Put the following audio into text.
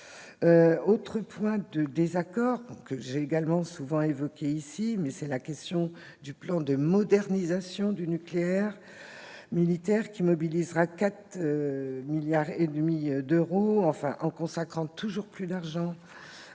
Autre point de désaccord, que j'ai également souvent évoqué ici, le plan de modernisation nucléaire, qui mobilisera 4,5 milliards d'euros. En consacrant toujours plus d'argent